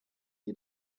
had